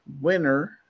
winner